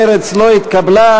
מרצ לא התקבלה.